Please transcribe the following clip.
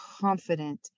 confident